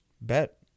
bet